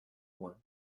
loin